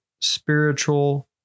spiritual